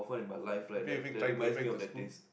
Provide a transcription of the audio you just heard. hor-fun have you ever tried going back to school